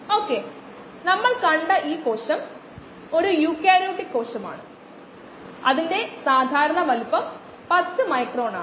അതാണ് നമുക്ക് മാസ്സ് അറിയാം ആ മാസ്സ് ഒരു നിശ്ചിത അളവിൽ നിന്നാണ് വന്നത്മാസ്സിനെ വ്യാപ്തം കൊണ്ട് ഹരിച്ചാൽ സാന്ദ്രത കിട്ടുന്നതാണ്